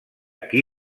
qui